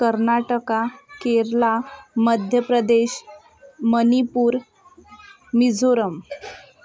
Karnataka Kerala Madhya Pradesh Manipur Mizoram